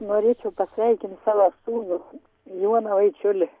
norėčiau pasveikint sava sūnų juoną vaičiulį